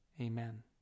amen